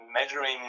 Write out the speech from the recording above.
measuring